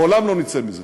לעולם לא נצא מזה.